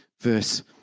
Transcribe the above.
verse